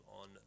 on